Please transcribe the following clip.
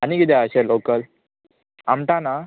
आनी किदें अशें लोकल आमटान